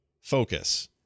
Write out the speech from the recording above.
focus